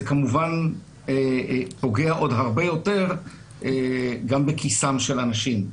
כמובן פוגע עוד הרבה יותר גם בכיסם של אנשים.